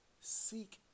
seek